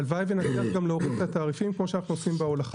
הלוואי ונצליח גם להוריד את התעריפים כמו שאנחנו עושים בהולכה.